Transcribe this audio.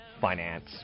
finance